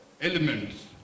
elements